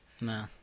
No